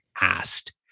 asked